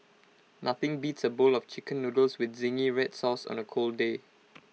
nothing beats A bowl of Chicken Noodles with Zingy Red Sauce on A cold day